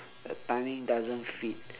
the timing doesn't fit